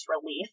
relief